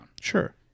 Sure